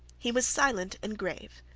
he was silent and grave.